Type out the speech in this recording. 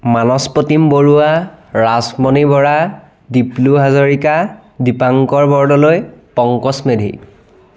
Manas Pratim Baruah Rajmani Bora Diplu Hazarika Dipankar Bordoloi Pankaj Medhi